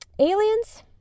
Aliens